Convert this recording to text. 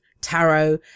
Tarot